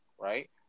right